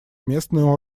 местные